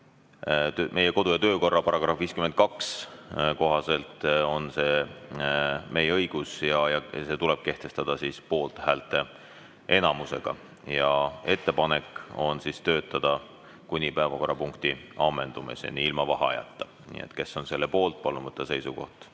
Meie kodu- ja töökorra § 52 kohaselt on see meie õigus ja tuleb kehtestada poolthäälteenamusega. Ettepanek on töötada kuni päevakorrapunkti ammendumiseni ilma vaheajata. Kes on selle poolt, palun võtta seisukoht